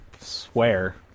swear